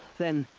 then.